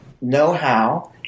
know-how